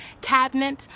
cabinet